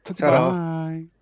Bye